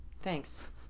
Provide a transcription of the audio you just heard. Thanks